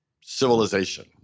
civilization